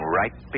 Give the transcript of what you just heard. right